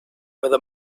where